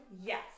Yes